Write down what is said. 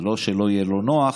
זה לא שלא יהיה לו נוח,